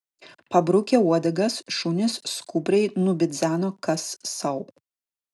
pabrukę uodegas šunys skubriai nubidzeno kas sau